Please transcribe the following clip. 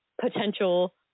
potential